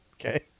Okay